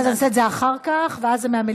אז נעשה את זה אחר כך, ואז זה מהדוכן.